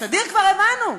בסדיר כבר הבנו,